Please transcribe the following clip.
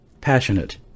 Passionate